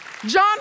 John